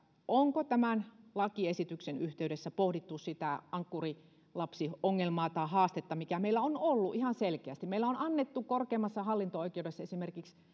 onko tämän lakiesityksen yhteydessä pohdittu sitä ankkurilapsiongelmaa tai haastetta mikä meillä on ollut ihan selkeästi meillä on annettu korkeimmassa hallinto oikeudessa esimerkiksi